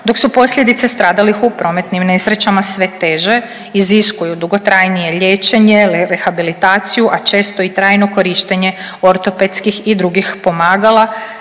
dok su posljedice stradalih u prometnim nesrećama sve teže, iziskuju dugotrajnije liječenje, rehabilitaciju, a često i trajno korištenje ortopedskih i drugih pomagala,